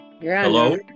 Hello